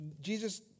Jesus